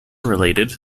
related